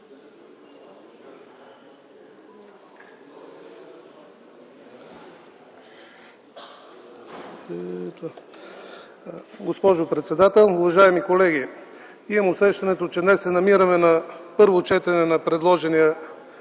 Госпожо председател, уважаеми колеги! Имам усещането, че днес се намираме на първо четене на предложения